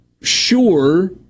sure